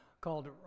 called